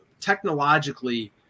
technologically